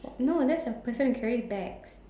no that's a person who carries bags